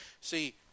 See